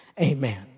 Amen